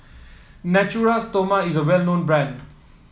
Natura Stoma is a well known brand